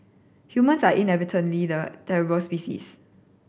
humans are inadvertently the terrible species